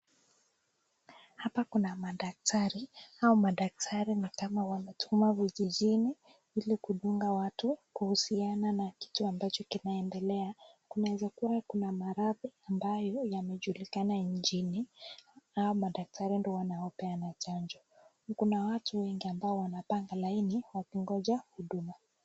Hapa kuna madaktarii, hao madaktari ni kama wametumwa vijijini ili kudunga watu kuhusiana na kitu ambacho kinaendelea, kunaweza kuwa kuna maradhi ambayo yamejulikana nchini, hawa madaktari ndio wanapeana chanjo. Kuna watu wengi ambao wanapanga laini wakingoja huduma.